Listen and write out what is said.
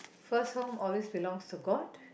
first home always belongs to god